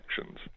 actions